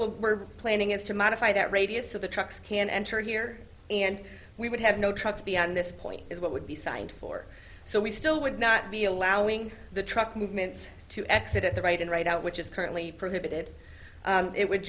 will we're planning is to modify that radius of the trucks can enter here and we would have no trucks beyond this point is what would be signed for so we still would not be allowing the truck movements to exit at the right and right out which is currently prohibited it would